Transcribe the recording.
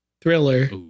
thriller